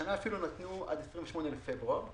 השנה נתנו עד 28 בפברואר להגיש,